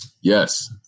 yes